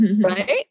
right